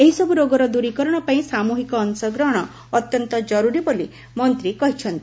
ଏହିସବୁ ରୋଗର ଦୂରୀକରଣ ପାଇଁ ସାମୃହିକ ଅଂଶଗ୍ରହଣ ଅତ୍ୟନ୍ତ ଜରୁରୀ ବୋଲି ମନ୍ତ୍ରୀ କହିଛନ୍ତି